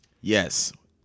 Yes